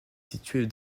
située